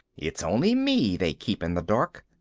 it's only me they keep in the dark.